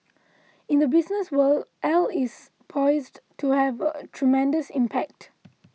in the business world L is poised to have a tremendous impact